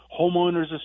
homeowners